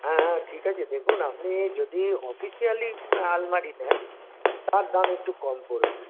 হ্যাঁ হ্যাঁ ঠিক আছে দেখুন আপনি যদি অফিশিয়ালি আলমারি নেন তার দাম একটু কম পড়বে